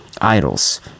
idols